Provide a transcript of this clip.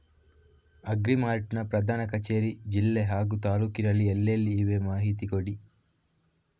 Agri Mart ನ ಪ್ರಧಾನ ಕಚೇರಿ ಜಿಲ್ಲೆ ಹಾಗೂ ತಾಲೂಕಿನಲ್ಲಿ ಎಲ್ಲೆಲ್ಲಿ ಇವೆ ಮಾಹಿತಿ ಕೊಡಿ?